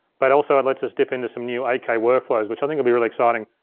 but also, it lets us dip into some new eight k workflows, which i think'll be really exciting.